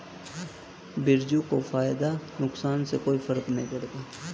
बिरजू को फायदा नुकसान से कुछ फर्क नहीं पड़ता